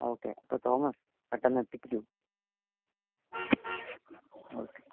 okay അപ്പോള് Thomas പെട്ടെന്നെത്തിക്കൂ okay